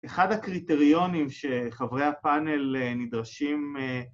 אחד הקריטריונים שחברי הפאנל נדרשים